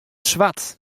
swart